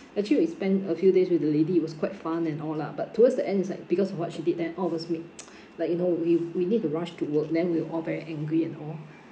actually we spent a few days with the lady it was quite fun and all lah but towards the end it's like because of what she did then all of us make like you know we we need to rush to work then we were all very angry and all